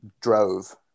drove